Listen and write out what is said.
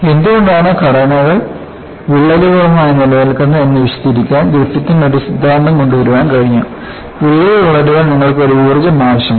എന്തുകൊണ്ടാണ് ഘടനകൾ വിള്ളലുകളുമായി നിലനിൽക്കുന്നത് എന്ന് വിശദീകരിക്കാൻ ഗ്രിഫിത്തിന് ഒരു സിദ്ധാന്തം കൊണ്ടുവരാൻ കഴിഞ്ഞു വിള്ളൽ വളരാൻ നിങ്ങൾക്ക് ഒരു ഊർജ്ജം ആവശ്യമാണ്